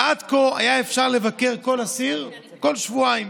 עד כה היה אפשר לבקש, לכל אסיר כל שבועיים,